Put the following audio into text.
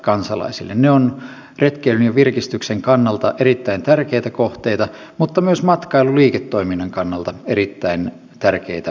ne ovat retkeilyn ja virkistyksen kannalta erittäin tärkeitä kohteita mutta myös matkailuliiketoiminnan kannalta erittäin tärkeitä kohteita